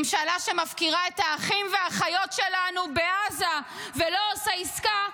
ממשלה שמפקירה את האחים והאחיות שלנו בעזה ולא עושה עסקה,